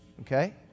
okay